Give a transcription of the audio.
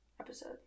episode